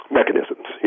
mechanisms